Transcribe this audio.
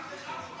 רק לך מותר?